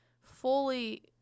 fully